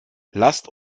lasst